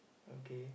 okay